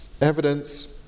evidence